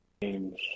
games